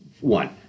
one